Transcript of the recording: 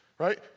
right